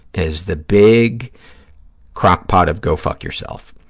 is the big crock pot of go fuck yourself.